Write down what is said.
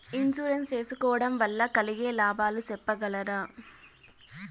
Insurance సేసుకోవడం వల్ల కలిగే లాభాలు సెప్పగలరా?